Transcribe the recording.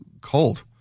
cold